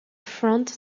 front